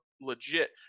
legit